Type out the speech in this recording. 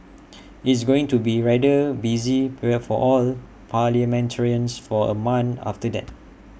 it's going to be rather busy period for all parliamentarians for A month after that